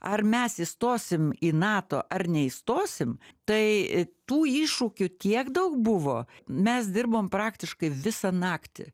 ar mes įstosim į nato ar neįstosim tai tų iššūkių tiek daug buvo mes dirbom praktiškai visą naktį